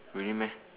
really meh